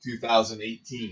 2018